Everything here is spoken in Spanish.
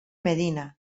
medina